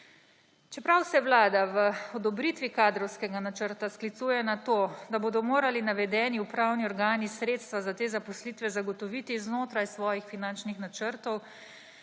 Čeprav se Vlada v odobritvi kadrovskega načrta sklicuje na to, da bodo morali navedeni upravni organi sredstva za te zaposlitve zagotoviti znotraj svojih finančnih načrtov.